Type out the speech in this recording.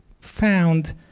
found